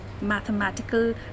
mathematical